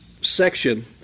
section